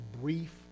brief